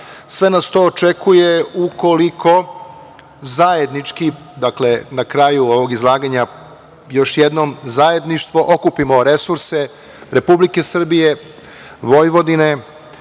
Sve nas to očekuje ukoliko zajednički, dakle, na kraju ovog izlaganja, još jednom zajedništvo okupimo resurse Republike Srbije, Vojvodine,